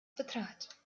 betrat